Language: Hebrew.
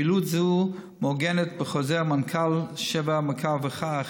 פעילות זו מעוגנת בחוזר מנכ"ל 7/11,